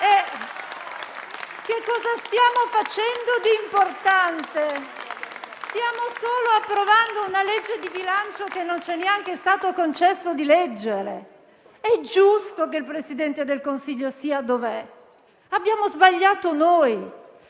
che cosa stiamo facendo di importante? Stiamo solo approvando una legge di bilancio che non ci è neanche stato concesso di leggere! È giusto che il Presidente del Consiglio sia dov'è. Abbiamo sbagliato noi.